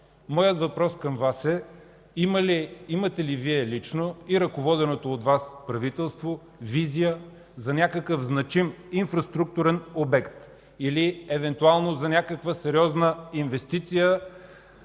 Моят въпрос към Вас е: имате ли Вие лично и ръководеното от Вас правителство визия за някакъв значим инфраструктурен обект или евентуално за някаква сериозна инвестиция,